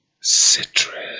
Citrus